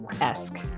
esque